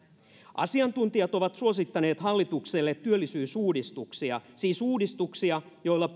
asiantuntijat ovat suosittaneet hallitukselle työllisyysuudistuksia siis uudistuksia joilla